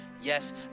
Yes